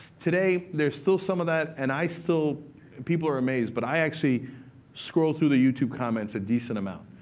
today, there's still some of that, and i still people are amazed but i actually scroll through the youtube comments a decent amount.